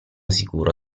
sicuro